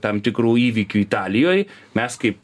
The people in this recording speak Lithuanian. tam tikrų įvykių italijoj mes kaip